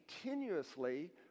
continuously